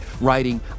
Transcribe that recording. writing